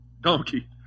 donkey